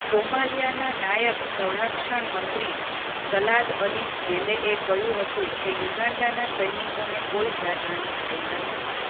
સોમાલિયાના નાયબ સંરક્ષણ મંત્રી સલાદ અલી જેલેએ કહ્યું હતું કે યુગાન્ડાના સૈનિકોને કોઈ જાનહાનિ થઈ નથી